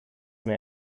may